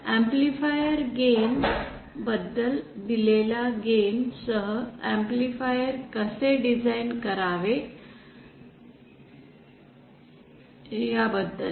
amplifier gain बद्दल दिलेल्या gain सह एम्पलीफायर कसे डिझाइन करावे बद्दल